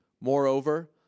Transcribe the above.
Moreover